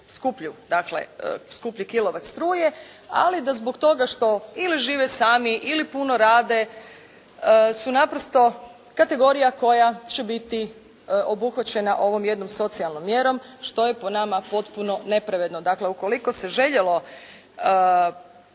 skuplju, dakle skuplji kilovat struje ali da zbog toga što ili žive sami ili puno rade su naprosto kategorija koja će biti obuhvaćena ovom jednom socijalnom mjerom što je po nama potpuno nepravedno. Dakle ukoliko se željelo